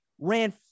ran